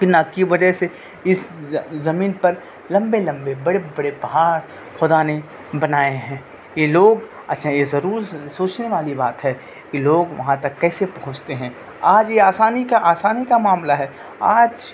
کی وجہ سے اس زمین پر لمبے لمبے بڑے بڑے پہاڑ خدا نے بنائے ہیں یہ لوگ یہ ضرور سوچنے والی بات ہے کہ لوگ وہاں تک کیسے پہنچتے ہیں آج یہ آسانی کا آسانی کا معاملہ ہے آج